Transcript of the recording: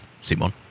Simon